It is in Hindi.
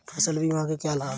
फसल बीमा के क्या लाभ हैं?